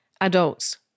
adults